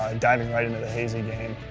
um diving right into the hazy game.